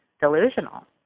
delusional